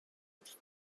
with